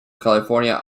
california